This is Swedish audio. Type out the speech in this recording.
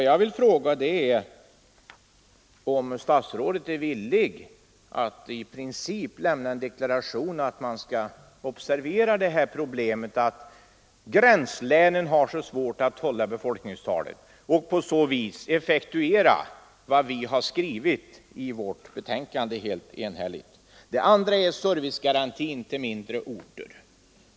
Jag vill nu fråga om statsrådet är villig att i princip deklarera att man skall observera problemet att gränslänen har så svårt att hålla befolkningstalen och på så vis effektuera vad utskottet har skrivit i sitt betänkande. Den andra punkten gäller servicegarantin till mindre orter.